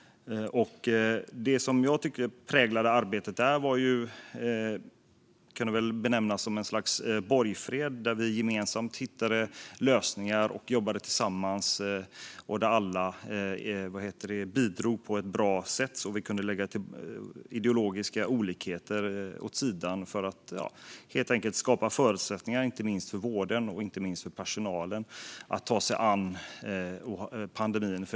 Det som jag tycker präglade detta arbete kan benämnas som ett slags borgfred, där vi gemensamt hittade lösningar och jobbade tillsammans. Alla bidrog på ett bra sätt, och vi kunde lägga ideologiska olikheter åt sidan för att helt enkelt skapa förutsättningar för vården, inte minst för personalen, att ta sig an pandemin.